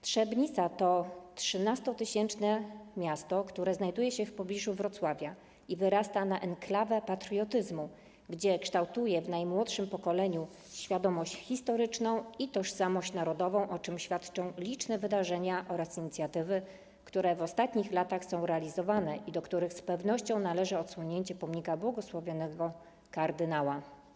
Trzebnica to 13-tysięczne miasto, które znajduje się w pobliżu Wrocławia i wyrasta na enklawę patriotyzmu, która kształtuje w najmłodszym pokoleniu świadomość historyczną i tożsamość narodową, o czym świadczą liczne wydarzenia oraz inicjatywy, które w ostatnich latach są realizowane i do których z pewnością należy odsłonięcie pomnika błogosławionego kardynała.